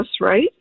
right